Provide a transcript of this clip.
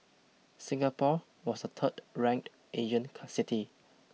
Singapore was the third ranked Asian city